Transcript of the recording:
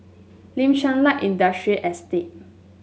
Kim Chuan Light Industrial Estate